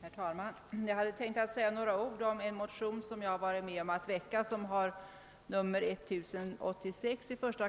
Herr talman! Jag hade tänkt säga några ord om motionen 1237 som jag har varit med om att väcka i denna kammare och som är likalydande med motionen 1086 i första